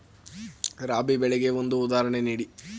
ರಾಬಿ ಬೆಳೆಗೆ ಒಂದು ಉದಾಹರಣೆ ನೀಡಿ